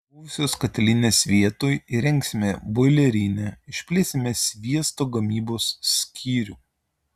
buvusios katilinės vietoj įrengsime boilerinę išplėsime sviesto gamybos skyrių